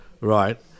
right